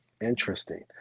Interesting